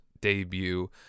debut